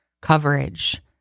coverage